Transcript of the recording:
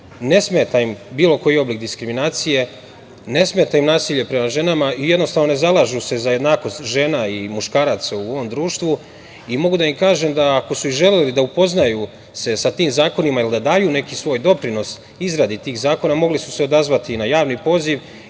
ne smeta im bilo koji oblik diskriminacije, ne smeta im nasilje prema ženama i jednostavno, ne zalažu se za jednakost žena i muškaraca u ovom društvu. Mogu da im kažem da ako su i želeli da se upoznaju sa tim zakonima ili da daju neki svoj doprinos izradi tih zakona, mogli su se odazvati na javni poziv